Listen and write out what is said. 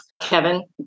Kevin